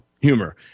Humor